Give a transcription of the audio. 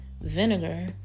vinegar